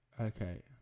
Okay